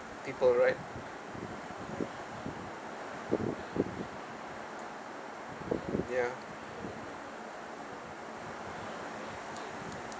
people right ya